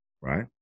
Right